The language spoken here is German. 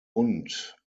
und